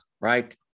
right